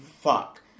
Fuck